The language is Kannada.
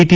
ಟಿ